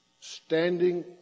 standing